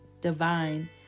divine